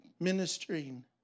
ministering